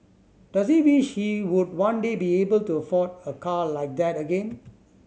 does he wish he would one day be able to afford a car like that again